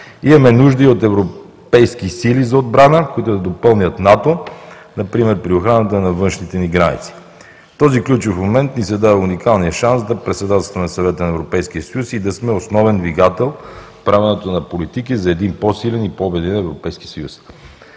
Имаме нужда и от Европейски сили за отбрана, който да допълнят НАТО например при охраната на външните ни граници. В този ключов момент ни се дава уникалният шанс да председателстваме Съвета на Европейския съюз и да сме основен двигател в правенето на политики за един по-силен и по-обединен Европейски съюз.